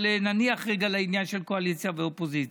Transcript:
אבל נניח רגע לעניין של קואליציה ואופוזיציה.